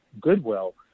goodwill